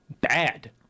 bad